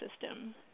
system